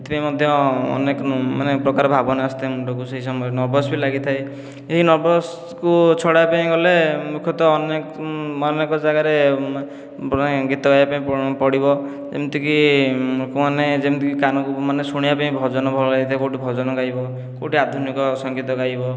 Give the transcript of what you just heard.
ସେଥିପାଇଁ ମଧ୍ୟ ଅନେକ ମାନେ ପ୍ରକାର ଭାବନା ଆସିଥାଏ ମୁଣ୍ଡକୁ ସେହି ସମୟରେ ନର୍ଭସ ବି ଲାଗିଥାଏ ଏହି ନର୍ଭସକୁ ଛଡ଼ାଇବା ପାଇଁ ଗଲେ ମୁଖ୍ୟତଃ ଅନେକ ଅନେକ ଯାଗାରେ ବଲେ ଗୀତ ଗାଇବା ପାଇଁ ପଡ଼ିବ ଏମିତିକି ଲୋକମାନେ ଯେମିତିକି କାନକୁ ମାନେ ଶୁଣିବା ପାଇଁ ଭଜନ ଭଳ ଲାଗିଥାଏ କେଉଁଠି ଭଜନ ଗାଇବ କେଉଁଠି ଆଧୁନିକ ସଂଗୀତ ଗାଇବ